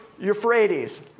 Euphrates